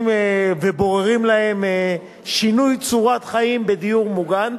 ובוררים להם שינוי צורת חיים בדיור מוגן,